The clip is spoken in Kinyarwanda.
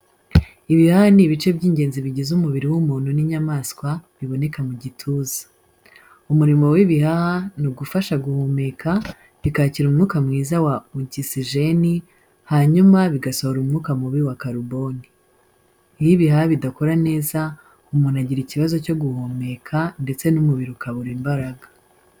Ibihaha ni ibice by’ingenzi bigize umubiri w’umuntu n’inyamaswa, biboneka mu gituza. Umurimo w’ibihaha ni ugufasha guhumeka, bikakira umwuka mwiza wa ogisijeni hanyuma bigasohora umwuka mubi wa karuboni. Iyo ibihaha bidakora neza, umuntu agira ikibazo cyo guhumeka ndetse n’umubiri ukabura imbaraga.